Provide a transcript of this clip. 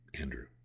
Andrew